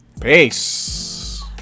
Peace